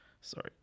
sorry